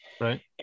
Right